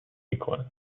میکند